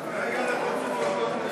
נתקבל.